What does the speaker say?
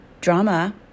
drama